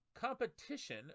Competition